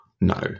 No